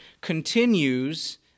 continues